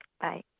bye